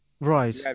right